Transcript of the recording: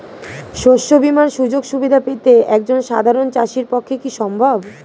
শস্য বীমার সুযোগ সুবিধা পেতে একজন সাধারন চাষির পক্ষে কি সম্ভব?